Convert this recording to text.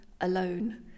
alone